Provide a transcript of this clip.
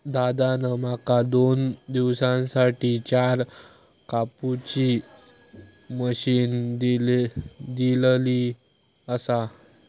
दादान माका दोन दिवसांसाठी चार कापुची मशीन दिलली आसा